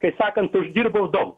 kaip sakant uždirbau daug